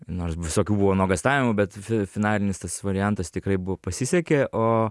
nors visokių buvo nuogąstavimų bet finalinis tas variantas tikrai buvo pasisekė o